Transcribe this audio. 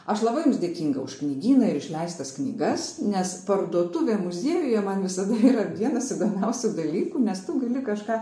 aš labai jums dėkinga už knygyną ir išleistas knygas nes parduotuvė muziejuje man visada yra vienas įdomiausių dalykų nes tu gali kažką